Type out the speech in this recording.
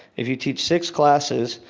if you teach six classes,